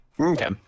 Okay